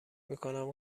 میکنم